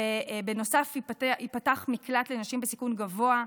ובנוסף ייפתח מקלט לנשים בסיכון גבוה,